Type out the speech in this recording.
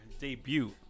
debut